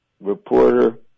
reporter